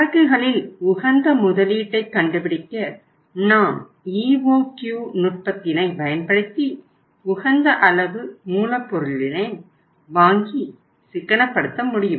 சரக்குகளில் உகந்த முதலீட்டைக் கண்டு பிடிக்க நாம் EOQ நுட்பத்தினை பயன்படுத்தி உகந்த அளவு மூலப்பொருளினை வாங்கி சிக்கனப்படுத்த முடியும்